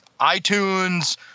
iTunes